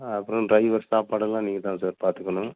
அப்புறம் டிரைவர் சாப்பாடெல்லாம் நீங்கள் தான் சார் பார்த்துக்கணும்